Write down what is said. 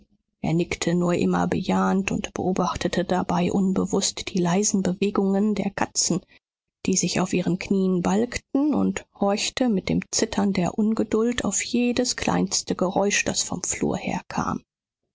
er nickte nur immer bejahend und beobachtete dabei unbewußt die leisen bewegungen der katzen die sich auf ihren knieen balgten und horchte mit dem zittern der ungeduld auf jedes kleinste geräusch das vom flur her